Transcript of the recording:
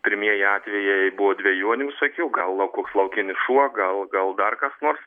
pirmieji atvejai buvo dvejonių sakiau gal va koks laukinis šuo gal gal dar kas nors